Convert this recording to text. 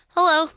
Hello